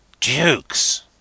Dukes